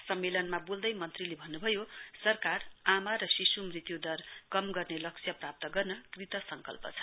सम्मेलनमा बोल्दै मन्त्रीले भन्नुभयो सरकार आमा र शिशु मृत्यु दर कम गर्ने लक्ष्य प्राप्त गर्न कृतसंकल्प छ